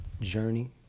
journey